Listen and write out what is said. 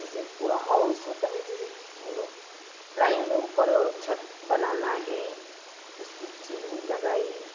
जैसे पूरा हॉउस होता है ना जैसे मतलब ड्राइंग में ऊपर छत बनाना हें उसकी चिमनी लगाई